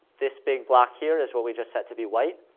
this big block here is what we just set to be white,